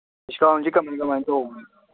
ꯗꯤꯁꯀꯥꯎꯟꯁꯦ ꯀꯃꯥꯏꯅ ꯀꯃꯥꯏꯅ ꯇꯧꯕꯅꯣ